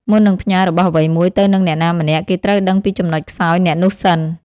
មុននឹងផ្ញើរបស់អ្វីមួយទៅនឹងអ្នកណាម្នាក់ គេត្រូវដឹងពីចំណុចខ្សោយអ្នកនោះសិន ។